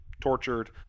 tortured